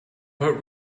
but